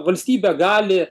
valstybė gali